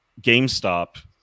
GameStop